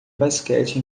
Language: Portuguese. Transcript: basquete